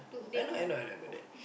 I know I know I know about that